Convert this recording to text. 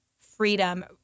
freedom